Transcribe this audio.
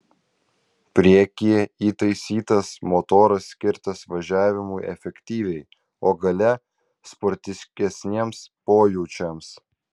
priekyje įtaisytas motoras skirtas važiavimui efektyviai o gale sportiškesniems pojūčiams